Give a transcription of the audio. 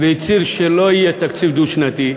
והצהיר שלא יהיה תקציב דו-שנתי,